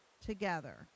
together